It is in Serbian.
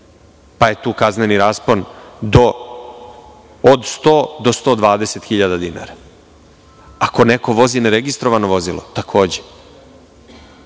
pa je tu kazneni raspon od 100 do 120 hiljada dinara. Ako neko vozi neregistrovano vozilo takođe.